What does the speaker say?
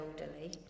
elderly